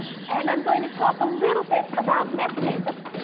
and i'm going to talk a little bit about mechanism